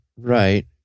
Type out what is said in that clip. Right